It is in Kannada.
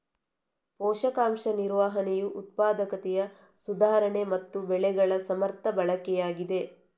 ಪೋಷಕಾಂಶ ನಿರ್ವಹಣೆಯು ಉತ್ಪಾದಕತೆಯ ಸುಧಾರಣೆ ಮತ್ತೆ ಬೆಳೆಗಳ ಸಮರ್ಥ ಬಳಕೆಯಾಗಿದೆ